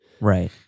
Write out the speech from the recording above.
Right